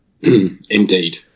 Indeed